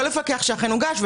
לא לפקח שאכן הוגש,